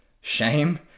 shame